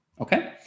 okay